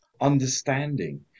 understanding